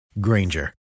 Granger